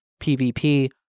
PvP